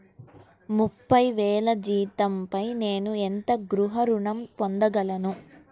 ముప్పై వేల జీతంపై నేను ఎంత గృహ ఋణం పొందగలను?